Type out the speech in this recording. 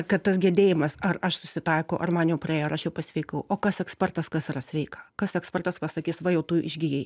kad tas gedėjimas ar aš susitaikau ar man jau praėjo ar aš jau pasveikau o kas ekspertas kas yra sveika kas ekspertas pasakys va jau tu išgijai